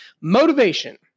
Motivation